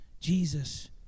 Jesus